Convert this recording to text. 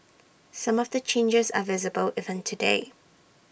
some of the changes are visible even today